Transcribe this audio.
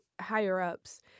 higher-ups